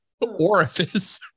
orifice